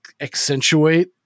accentuate